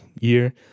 year